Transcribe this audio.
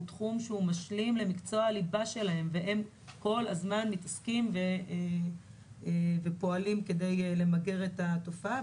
תחום שהוא משלים למקצוע הליבה שלהם והם כל הזמן פועלים כדי למגר התופעה.